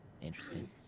interesting